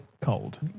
cold